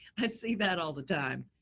i see that all the time.